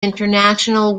international